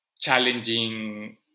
challenging